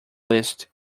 least